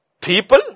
people